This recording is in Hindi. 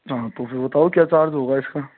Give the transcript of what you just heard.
हाँ तो फिर बताओ फिर क्या चार्ज होगा इसका